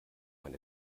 man